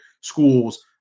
schools